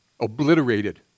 obliterated